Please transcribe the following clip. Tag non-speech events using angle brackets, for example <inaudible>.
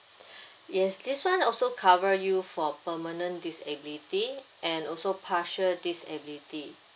<breath> yes this [one] also cover you for permanent disability and also partial disability